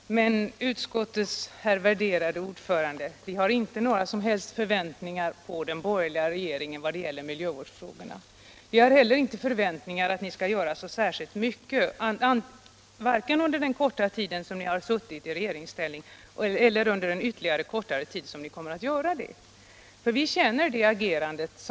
Herr talman! Låt mig säga till utskottets värderade herr ordförande: Vi har inte några som helst förväntningar på den borgerliga regeringen vad gäller miljövårdsfrågorna. Vi har inte haft några förväntningar att ni skulle göra särskilt mycket under den korta tid som ni har suttit i regeringsställning, och vi förväntar oss inte att ni skall göra så mycket under den korta tid ytterligare som ni regerar. Vi känner ert agerande.